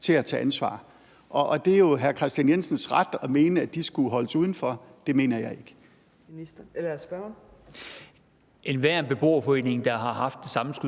til at tage ansvar. Det er jo hr. Kristian Jensens ret at mene, at de skulle holdes udenfor. Det mener jeg ikke. Kl. 15:53 Fjerde næstformand